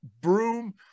broom